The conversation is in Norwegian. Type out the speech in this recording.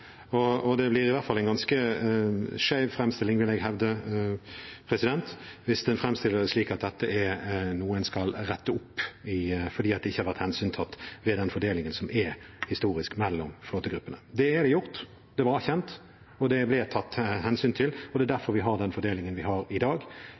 Det blir i hvert fall en ganske skjev framstilling, vil jeg hevde, hvis en framstiller det slik at dette er noe en skal rette opp i fordi det ikke var hensyntatt i den fordelingen som historisk er mellom flåtegruppene. Det er gjort, det var kjent, det ble tatt hensyn til, og det er